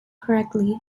correctly